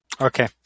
Okay